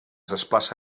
desplaça